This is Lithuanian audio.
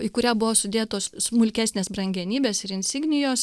į kurią buvo sudėtos smulkesnės brangenybės ir insignijos